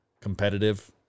competitive